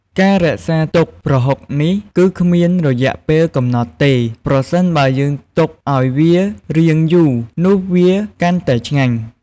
ការរក្សាទុកប្រហុកនេះ គឺគ្មានរយៈពេលកំណត់ទេ ប្រសិនបើយើងទុកឱ្យវារៀងយូនោះវាកាន់តែឆ្ងាញ់ ។